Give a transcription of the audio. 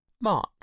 March